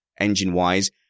engine-wise